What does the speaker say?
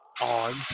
on